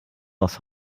aus